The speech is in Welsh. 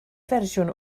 fersiwn